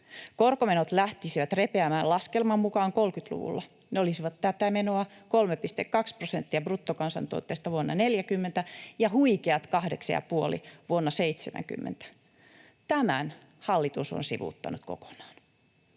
Korkomenot lähtisivät repeämään laskelman mukaan 30-luvulla. Ne olisivat tätä menoa 3,2 prosenttia bruttokansantuotteesta vuonna 2040 ja huikeat 8,5 vuonna 2070. Tämän hallitus on sivuuttanut kokonaan.